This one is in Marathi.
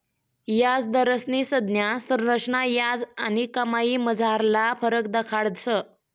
याजदरस्नी संज्ञा संरचना याज आणि कमाईमझारला फरक दखाडस